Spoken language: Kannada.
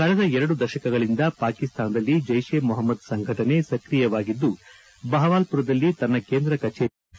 ಕಳೆದ ಎರಡು ದಶಕಗಳಿಂದ ಪಾಕಿಸ್ತಾನದಲ್ಲಿ ಜೈಷ್ಎ ಮೊಹಮದ್ ಸಂಘಟನೆ ಸಕ್ರಿಯವಾಗಿದ್ದು ಬಹವಾಲ್ಪರದಲ್ಲಿ ತನ್ನ ಕೇಂದ್ರ ಕಚೇರಿ ಹೊಂದಿದೆ